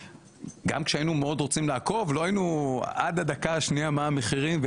גם כשהיינו מאוד רוצים לעקוב לא ידענו עד הדקה האחרונה מה המחירים,